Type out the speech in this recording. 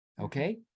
Okay